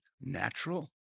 natural